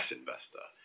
investor